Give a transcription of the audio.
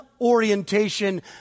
orientation